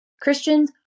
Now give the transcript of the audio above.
Christians